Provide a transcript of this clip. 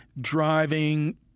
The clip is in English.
driving